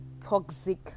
toxic